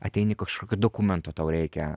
ateini kažkokio dokumento tau reikia